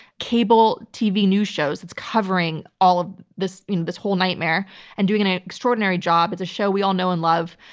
cable tv news shows. it's covering all of this you know this whole nightmare and doing an ah extraordinary job. it's a show we all know and love.